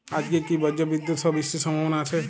আজকে কি ব্রর্জবিদুৎ সহ বৃষ্টির সম্ভাবনা আছে?